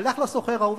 הלך לסוחר ההוא,